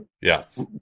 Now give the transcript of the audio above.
yes